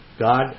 God